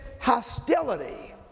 hostility